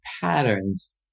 patterns